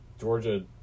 Georgia